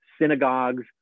synagogues